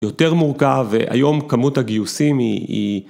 יותר מורכב והיום כמות הגיוסים היא